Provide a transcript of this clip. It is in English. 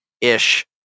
ish